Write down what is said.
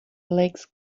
legs